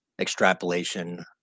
extrapolation